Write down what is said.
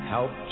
Help